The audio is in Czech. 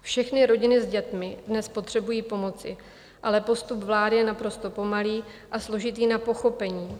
Všechny rodiny s dětmi dnes potřebují pomoci, ale postup vlády je naprosto pomalý a složitý na pochopení.